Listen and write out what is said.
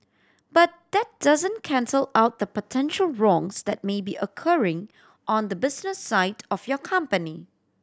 but that doesn't cancel out the potential wrongs that may be occurring on the business side of your company